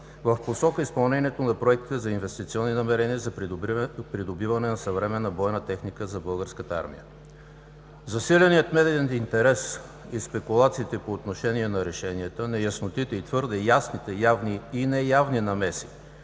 в посока изпълнението на Проекта за инвестиционни намерения за придобиване на съвременна бойна техника за Българската армия. Засиленият медиен интерес и спекулациите по отношение на решенията, неяснотите и твърде ясните, явни и неявни намеси